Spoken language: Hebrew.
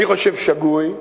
אני חושב שגוי,